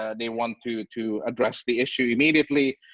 ah they want to to address the issue immediately,